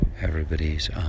everybody's